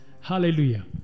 Hallelujah